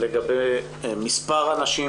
לגבי מספר הנשים